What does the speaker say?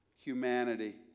humanity